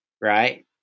right